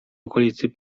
okolicy